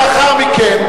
לאחר מכן,